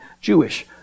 Jewish